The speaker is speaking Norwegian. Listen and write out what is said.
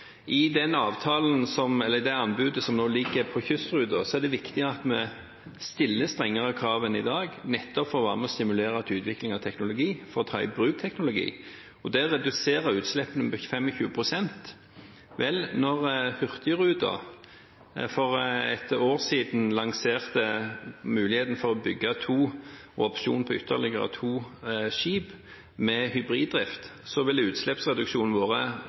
I det anbudet som nå blir lagt ut på kystruten, er det viktig at vi stiller strengere krav enn i dag nettopp for å være med på å stimulere til utvikling av teknologi for å ta i bruk teknologi. Det reduserer utslippene med 25 pst. Da Hurtigruten for et år siden lanserte muligheten for å bygge to – med en opsjon på ytterligere to – skip med hybriddrift, ville utslippsreduksjonen